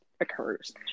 occurs